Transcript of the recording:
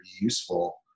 useful